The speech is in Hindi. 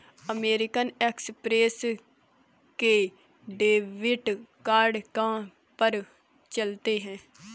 अमेरिकन एक्स्प्रेस के डेबिट कार्ड कहाँ पर चलते हैं?